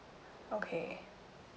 okay